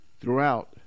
throughout